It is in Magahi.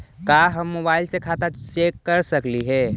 का हम मोबाईल से खाता चेक कर सकली हे?